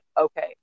Okay